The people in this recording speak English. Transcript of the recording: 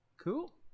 Cool